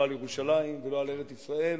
לא על ירושלים ולא על ארץ-ישראל,